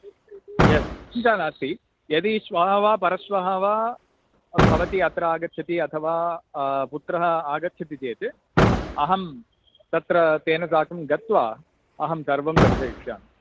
एवं चिन्ता नास्ति यदि श्वः वा परश्वः वा भवति अत्र आगच्छति अथवा पुत्रः आगच्छति चेत् अहं तत्र तेन साकं गत्वा अहं सर्वं दर्शयिष्यामि